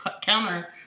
counter